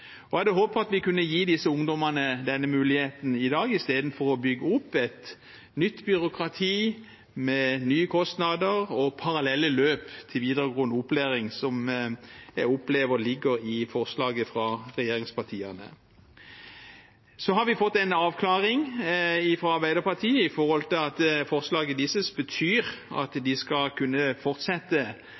hadde håpet at vi kunne gi disse ungdommene denne muligheten i dag istedenfor å bygge opp et nytt byråkrati med nye kostnader og parallelle løp til videregående opplæring, som jeg opplever ligger i forslaget fra regjeringspartiene. Så har vi fått en avklaring fra Arbeiderpartiet om at forslaget deres betyr at man skal kunne fortsette